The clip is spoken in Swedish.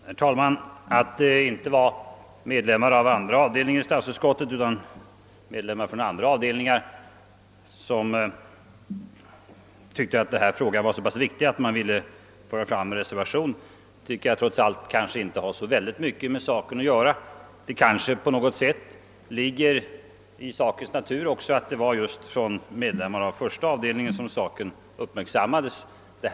Herr talman! Att det inte var medlemmar från andra avdelningen i statsutskottet utan från övriga avdelningar som ansåg att denna fråga var så viktig, att de ville avge en reservation, kanske inte har så mycket med saken att göra. På något sätt är det ändå betecknande att det var folk från första avdelningen. som uppmärksammade frågan.